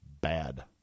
bad